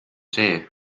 see